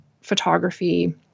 photography